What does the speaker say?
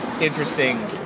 interesting